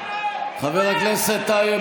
חבר הכנסת טייב,